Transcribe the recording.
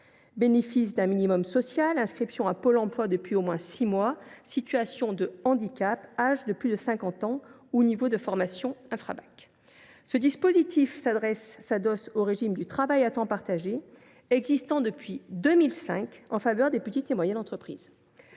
bénéfice d’un minimum social, inscription à Pôle emploi depuis au moins six mois, situation de handicap, âge de plus de 50 ans ou niveau de formation infrabac. Ce dispositif est adossé au régime du travail à temps partagé existant depuis 2005 en faveur des petites et moyennes entreprises.